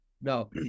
No